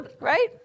right